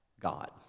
God